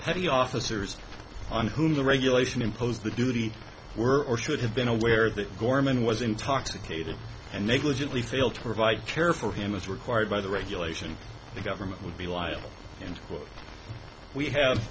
petty officers on whom the regulation imposed the duty were or should have been aware that gorman was intoxicated and negligently failed to provide care for him as required by the regulation the government would be liable and quote we have